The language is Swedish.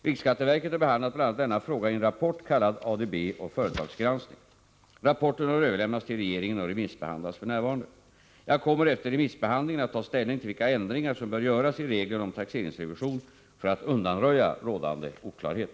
Riksskatteverket har behandlat bl.a. denna fråga i en rapport, kallad ADB och företagsgranskning. Rapporten har överlämnats till regeringen och remissbehandlas f. n. Jag kommer efter remissbehandlingen att ta ställning till vilka ändringar som bör göras i reglerna om taxeringsrevision för att undanröja rådande oklarhet.